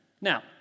Now